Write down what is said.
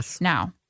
now